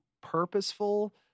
purposeful